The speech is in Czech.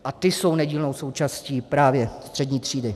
A ti jsou nedílnou součástí právě střední třídy.